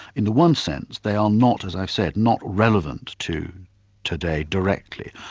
in the one sense, they are not, as i said, not relevant to today directly.